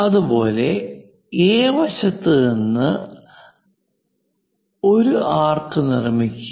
അതുപോലെ എ വശത്ത് നിന്ന് ഒരു ആർക്ക് നിർമ്മിക്കുക